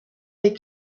les